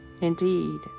Indeed